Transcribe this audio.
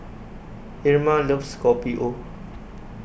Irma loves Kopi O